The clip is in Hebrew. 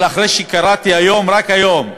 אבל אחרי שקראתי היום, רק היום,